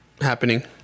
Happening